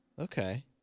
Okay